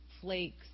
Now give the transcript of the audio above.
flakes